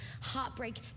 heartbreak